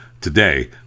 today